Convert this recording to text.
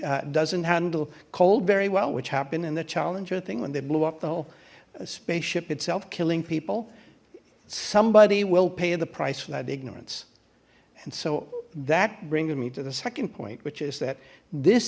ring doesn't handle cold very well which happened in the challenger thing when they blew up the whole space ship itself killing people somebody will pay the price for that ignorance and so that brings me to the second point which is that this